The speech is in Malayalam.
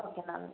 ഓക്കെ കാണാം